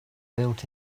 built